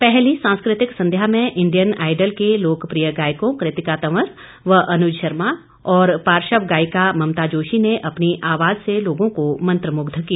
पहली सांस्कृतिक संध्या में इंडियन आईडल के लोकप्रिय गायकों कृतिका तंवर व अनुज शर्मा और पार्श्व गायिका ममता जोशी ने अपनी आवाज से लोगों को मंत्रमुग्ध किया